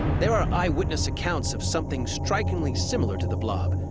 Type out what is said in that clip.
there are eyewitness accounts of something strikingly similar to the blob,